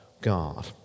God